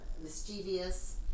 mischievous